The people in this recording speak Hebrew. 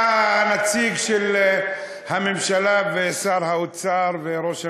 אתה הנציג של הממשלה ושר האוצר וראש הממשלה.